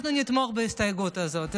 אנחנו נתמוך בהסתייגות הזאת.